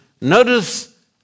Notice